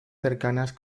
cercanas